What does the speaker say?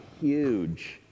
huge